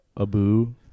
Abu